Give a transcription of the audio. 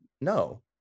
No